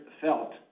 felt